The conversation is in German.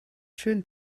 schön